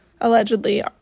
allegedly